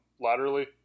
laterally